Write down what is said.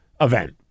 event